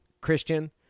Christian